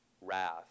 wrath